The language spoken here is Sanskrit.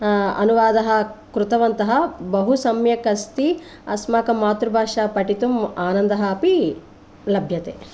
अनुवादः कृतवन्तः बहु सम्यक् अस्ति अस्माकं मातृभाषा पठितुम् आनन्दः अपि लभ्यते